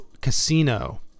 casino